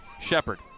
Shepard